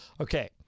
Okay